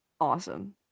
awesome